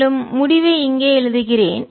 மேலும் முடிவை இங்கே எழுதுகிறேன்